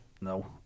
No